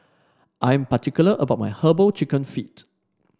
I'm particular about my herbal chicken feet